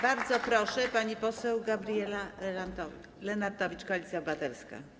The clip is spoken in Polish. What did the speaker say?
Bardzo proszę, pani poseł Gabriela Lenartowicz, Koalicja Obywatelska.